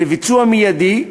לביצוע מיידי,